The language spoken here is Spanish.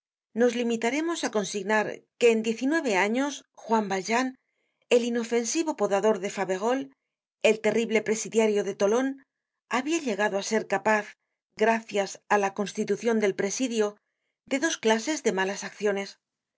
nos limitaremos á consignar que en diez y nueve años juan valjean el inofensivo podador de faverolles el terrible presidiario de tolon habia llegado á ser capaz gracias á la constitucion del presidio de dos clases de malas acciones